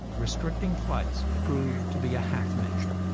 restricting flights proved to be a half measure.